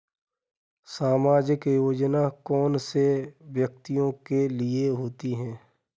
सामाजिक योजना कौन से व्यक्तियों के लिए होती है?